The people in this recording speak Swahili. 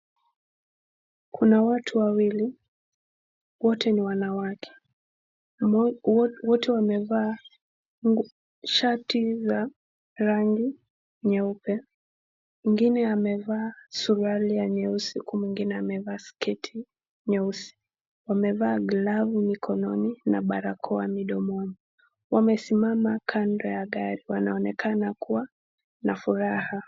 Kuna watu wawili wote ni wanawake. Wote wamevaa shati za rangi nyeupe mwingine amevaa suruali ya nyeusi huku mwingine akivaa sketi nyeusi. Wamevaa glovu mikononi na barakoa mdomoni. Wamesimama kando ya gari, wanaonekana kuwa na furaha.